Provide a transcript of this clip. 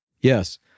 Yes